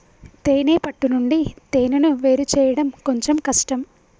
తేనే పట్టు నుండి తేనెను వేరుచేయడం కొంచెం కష్టం